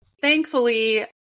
thankfully